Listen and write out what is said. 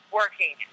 working